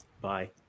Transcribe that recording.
Bye